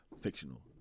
fictional